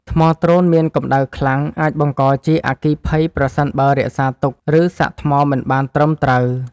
ថ្មដ្រូនមានកម្ដៅខ្លាំង អាចបង្កជាអគ្គិភ័យប្រសិនបើរក្សាទុក ឬសាកថ្មមិនបានត្រឹមត្រូវ។